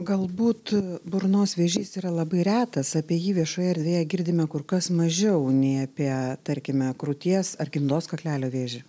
galbūt burnos vėžys yra labai retas apie jį viešoje erdvėje girdime kur kas mažiau nei apie tarkime krūties ar gimdos kaklelio vėžį